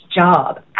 job